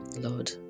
Lord